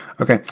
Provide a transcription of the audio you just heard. Okay